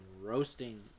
roasting